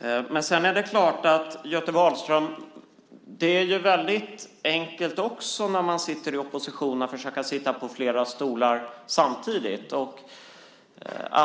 Det är enkelt, Göte Wahlström, att försöka sitta på flera stolar samtidigt när man är i opposition.